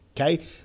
Okay